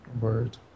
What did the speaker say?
Word